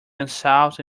themselves